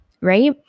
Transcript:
Right